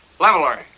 Leveler